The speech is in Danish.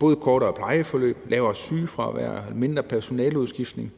både kortere plejeforløb, lavere sygefravær og mindre personaleudskiftning.